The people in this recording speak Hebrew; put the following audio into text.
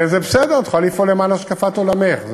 וזה בסדר, את יכולה לפעול למען השקפת עולמך.